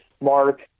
Mark